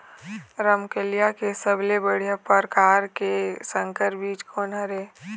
रमकलिया के सबले बढ़िया परकार के संकर बीज कोन हर ये?